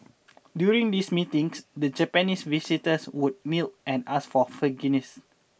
during these meetings the Japanese visitors would kneel and ask for forgiveness